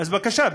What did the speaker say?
אז בבקשה,